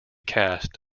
cast